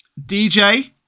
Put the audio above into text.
dj